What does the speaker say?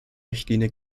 richtlinie